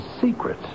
secret